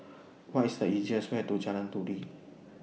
What IS The easiest Way to Jalan Turi